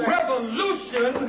Revolution